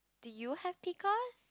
do you have